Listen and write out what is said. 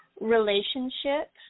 relationship